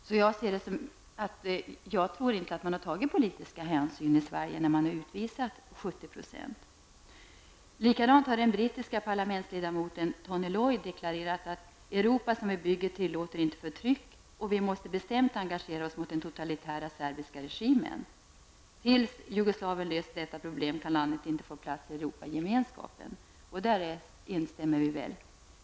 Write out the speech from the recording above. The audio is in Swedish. Som jag ser det tror jag inte man har tagit politisk hänsyn i Sverige när man har utvisat 70 %. Den brittiska parlamentsledamoten Tony Lloyd deklarar att det Europa vi skall bygga inte tillåter förtryck. Vi måste bestämt engagera oss mot den totalitära serbiska regimen. Inte förrän Jugoslavien har löst detta problem kan Jugoslavien få plats i den europeiska gemenskapen. Vi instämmer i detta.